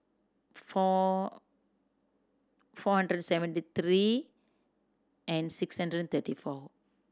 four four hundred seventy three and six hundred thirty four